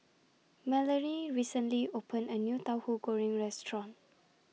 Melony recently opened A New Tauhu Goreng Restaurant